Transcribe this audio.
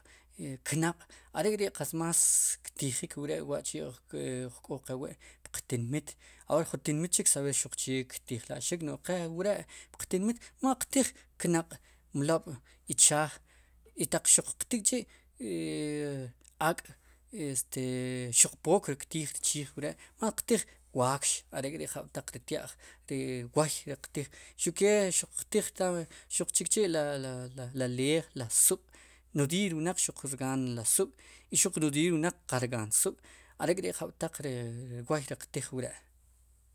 Eknaq' are' kri 'qatz más ktijik wre' uj k'o qe wi' puqtinmiit haber jun tinmiit chik che ktijla'xik no'j ri qe wre' puq tinmiit knaq' mlob' ichaaj itaq xuq qtij k'chi' ak' xuq pook ri ktiij ri chiij wre' más qtij ri waakx are'k'ri' ri jab'taq ri tya'j ri wooy riq tiij xuq kee xuq tiij chikchi'la leej sub'nodiiy ri wnaq xuq rgaan ri sub' y xuq nodiiy ri wnaq qal rgaan ri sub' are'k'ri'jab'taq ri woy qtij wre'.